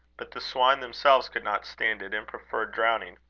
but the swine themselves could not stand it, and preferred drowning.